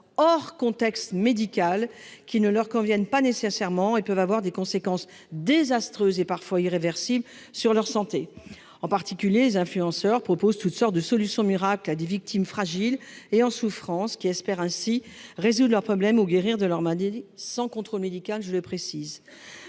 hors contexte médical qui ne leur conviennent pas nécessairement ils peuvent avoir des conséquences désastreuses, et parfois irréversibles sur leur santé, en particulier les influenceurs proposent toutes sortes de solutions miracle à des victimes fragiles et en souffrance qui espèrent ainsi résoudre leurs problèmes au guérir de leur maladie sans contrôle médical, je le précise.